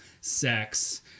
sex